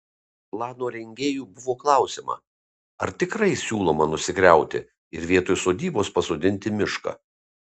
plano rengėjų buvo klausiama ar tikrai siūloma nusigriauti ir vietoj sodybos pasodinti mišką